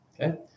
okay